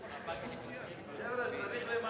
נתקבל.